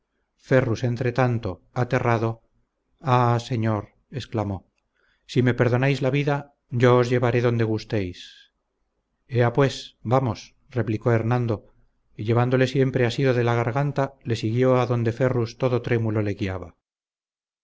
contradicción ferrus entretanto aterrado ah señor exclamó si me perdonáis la vida yo os llevaré donde gustéis ea pues vamos replicó hernando y llevándole siempre asido de la garganta le siguió adonde ferrus todo trémulo le guiaba